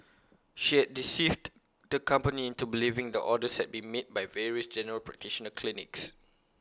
she had deceived the company into believing the orders had been made by various general practitioner clinics